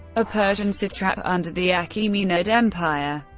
a persian satrap under the achaemenid empire,